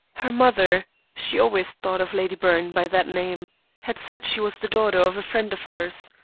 her mother she always thought of lady byrne by that name had said she was the daughter of a friend of hers.